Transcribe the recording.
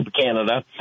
Canada